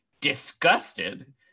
Disgusted